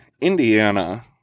Indiana